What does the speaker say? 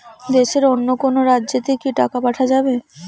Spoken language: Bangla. দেশের অন্য কোনো রাজ্য তে কি টাকা পাঠা যাবে?